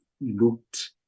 looked